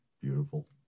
beautiful